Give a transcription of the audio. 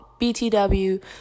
BTW